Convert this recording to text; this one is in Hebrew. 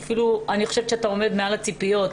אני חושבת שאתה עומד מעל הציפיות,